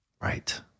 Right